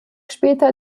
später